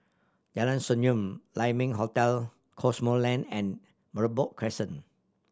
Jalan Senyum Lai Ming Hotel Cosmoland and Merbok Crescent